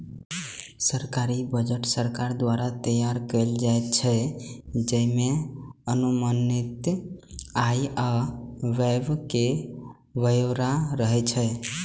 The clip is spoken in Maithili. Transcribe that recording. सरकारी बजट सरकार द्वारा तैयार कैल जाइ छै, जइमे अनुमानित आय आ व्यय के ब्यौरा रहै छै